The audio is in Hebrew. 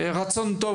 רצון טוב,